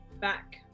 back